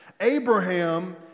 Abraham